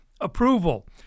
approval